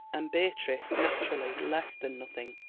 and beatrice naturally less than nothing.